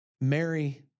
Mary